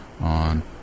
on